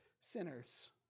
sinners